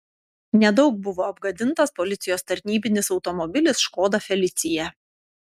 nedaug buvo apgadintas policijos tarnybinis automobilis škoda felicia